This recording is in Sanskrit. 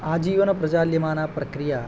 आजीवनप्रचाल्यमाना प्रक्रिया